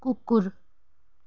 कुकुर